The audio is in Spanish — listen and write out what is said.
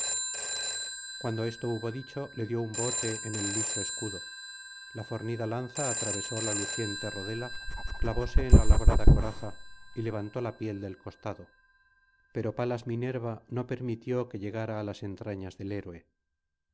cuando esto hubo dicho le dio un bote en el liso escudo la fornida lanza atravesó la luciente rodela clavóse en la labrada coraza y levantó la piel del costado pero palas minerva no permitió que llegara á las entrañas del héroe